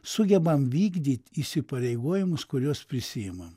sugebam vykdyt įsipareigojimus kuriuos prisiimam